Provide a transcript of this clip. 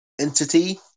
entity